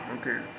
Okay